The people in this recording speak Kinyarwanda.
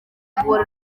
kuvura